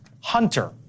Hunter